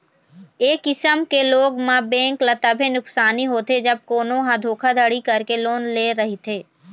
ए किसम के लोन म बेंक ल तभे नुकसानी होथे जब कोनो ह धोखाघड़ी करके लोन ले रहिथे